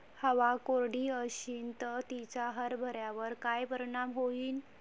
हवा कोरडी अशीन त तिचा हरभऱ्यावर काय परिणाम होईन?